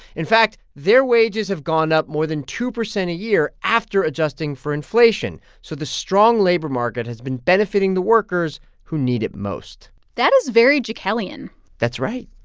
in fact, their wages have gone up more than two percent a year after adjusting for inflation. so the strong labor market has been benefiting the workers who need it most that is very jekyllian that's right.